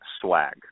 swag